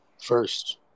first